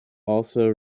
also